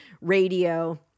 radio